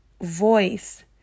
voice